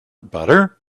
butter